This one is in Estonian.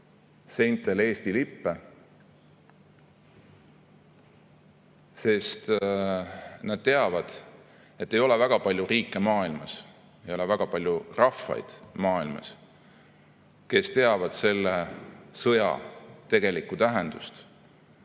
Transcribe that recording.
seintel Eesti lippe. Sest nad teavad, et ei ole väga palju riike maailmas, ei ole väga palju rahvaid maailmas, kes teavad selle sõja tegelikku tähendust,